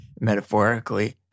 Metaphorically